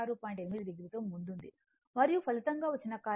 8 o తో ముందుంది మరియు ఫలితంగా వచ్చిన కరెంట్ I V నుండి 10